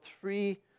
three